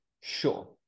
sure